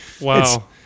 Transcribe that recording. Wow